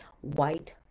white